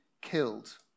killed